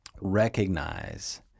recognize